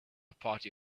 party